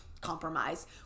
compromise